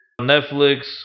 Netflix